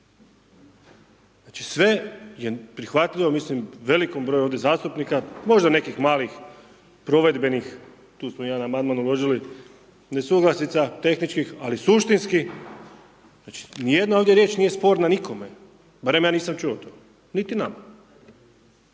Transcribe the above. Znači sve je prihvatljivo, mislim velikom broju ovdje zastupnika možda nekih malih provedbenih, tu smo jedan amandman uložili, nesuglasica tehničkih ali suštinski, znači ni jedna ovdje riječ nije sporna nikome, barem ja nisam čuo to, niti nama.